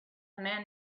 man